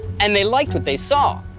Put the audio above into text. and they liked what they saw.